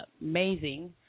Amazing